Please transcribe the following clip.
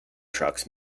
trucks